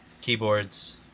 keyboards